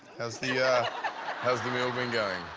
how's the how's the meal been going?